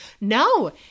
No